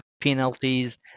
penalties